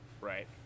Right